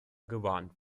gewarnt